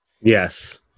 Yes